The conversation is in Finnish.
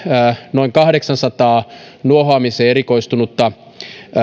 noin kahdeksaansataan nuohoamiseen erikoistunutta